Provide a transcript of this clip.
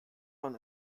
man